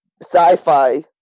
sci-fi